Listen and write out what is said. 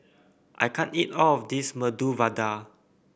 I can't eat all of this Medu Vada